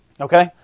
Okay